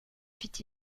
fit